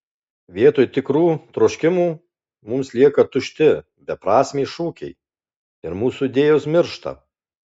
vietoj tikrų troškimų mums lieka tušti beprasmiai šūkiai ir mūsų idėjos miršta